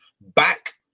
back